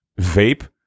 vape